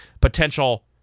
potential